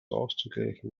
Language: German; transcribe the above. auszugleichen